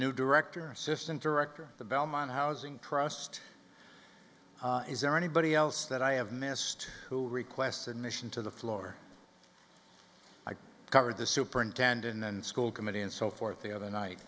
new director assistant director the belmont housing trust is there anybody else that i have missed who requests and mission to the floor i've covered the superintendent and school committee and so forth the other night